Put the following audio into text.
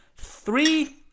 Three